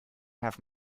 have